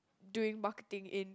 doing marketing in